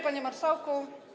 Panie Marszałku!